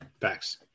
Facts